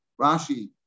Rashi